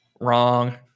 Wrong